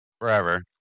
Forever